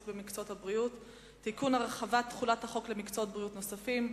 במקצועות הבריאות (תיקון) (הרחבת תחולת החוק למקצועות בריאות נוספים),